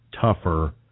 tougher